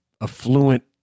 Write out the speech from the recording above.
affluent